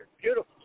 Beautiful